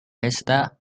pesta